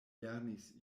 lernis